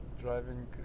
driving